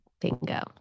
bingo